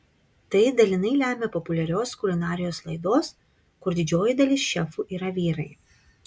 tai dalinai lemia populiarios kulinarijos laidos kur didžioji dalis šefų yra vyrai